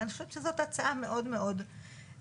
אני חושבת שזאת הצעה מאוד מאוד ראויה.